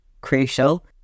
crucial